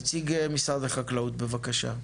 נציג משרד החקלאות בבקשה.